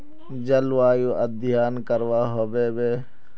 जलवायु अध्यन करवा होबे बे?